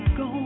go